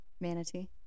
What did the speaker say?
Manatee